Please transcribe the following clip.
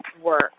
work